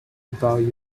about